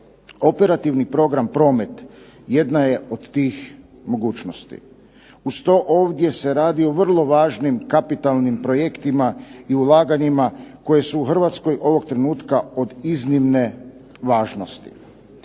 Operativni program "Promet" jedna je od tih mogućnosti. Uz to ovdje se radi o vrlo važnim kapitalnim projektima i ulaganjima koja su u Hrvatskoj ovog trenutka od iznimne važnosti.